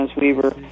Weaver